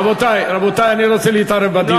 רבותי, אני רוצה להתערב בדיון.